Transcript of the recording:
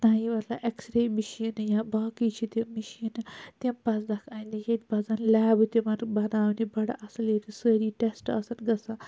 نَیہ X-ray مِشینہٕ یا باقٕے چھِ تِم مِشینہٕ تِم پَزنَکھ اَننہِ ییٚتہِ پَزَن لیبہٕ تِمَن بَناونہِ بَڑٕ اَصٕل ییٚتہِ سٲری ٹیسٹ آسَن